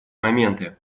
моменты